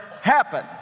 happen